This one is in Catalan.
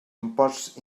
imposts